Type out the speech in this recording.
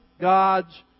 God's